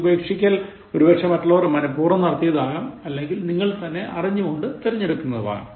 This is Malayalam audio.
ഈ ഉപേക്ഷിക്കൽ ഒരുപക്ഷെ മറ്റുള്ളവർ മനപ്പൂർവ്വം നടത്തിയതാവാം അല്ലെങ്കിൽ നിങ്ങൾ തന്നെ അറിഞ്ഞുകൊണ്ട് തിരഞ്ഞെടുത്തതുമാകാം